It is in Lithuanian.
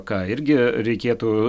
ką irgi reikėtų